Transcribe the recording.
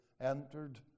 entered